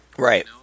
Right